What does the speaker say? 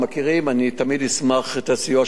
אני תמיד אשמח לסיוע שלך,